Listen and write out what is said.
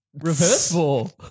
Reversible